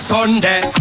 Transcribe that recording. Sunday